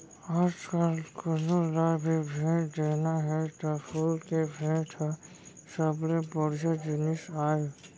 आजकाल कोनों ल भी भेंट देना हे त फूल के भेंट ह सबले बड़िहा जिनिस आय